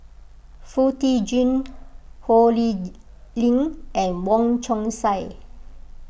Foo Tee Jun Ho Lee Ling and Wong Chong Sai